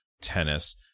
Tennis